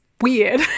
weird